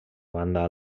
banda